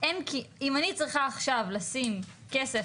אם אני צריכה עכשיו לשים כסף,